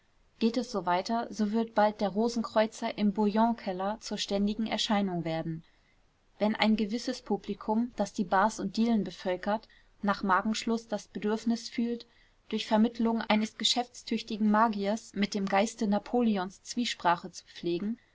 geht es so weiter so wird bald der rosenkreuzer im bouillonkeller zur ständigen erscheinung werden wenn ein gewisses publikum das die bars und dielen bevölkert nach magenschluß das bedürfnis fühlt durch vermittelung eines geschäftstüchtigen magiers mit dem geiste napoleons zwiesprache zu pflegen